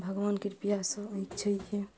भगवानके पियासे